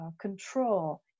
control